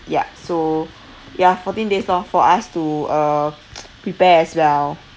ya so ya fourteen days lor for us to uh prepare as well